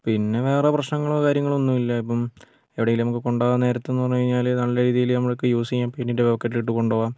പിന്നെ വേറെ പ്രശ്നങ്ങളോ കാര്യങ്ങളോ ഒന്നുമില്ല ഇപ്പം എവിടെയെങ്കിലും നമുക്ക് കൊണ്ട് പോവാൻ നേരത്തെന്ന് പറഞ്ഞ് കഴിഞ്ഞാൽ നല്ല രീതിയിൽ നമുക്ക് യൂസ് ചെയ്യാൻ പാന്റിന്റെ പോക്കറ്റിലിട്ട് കൊണ്ടുപോവാം